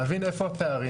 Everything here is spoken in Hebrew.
להבין איפה הפערים.